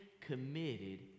committed